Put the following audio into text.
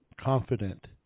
confident